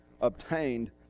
obtained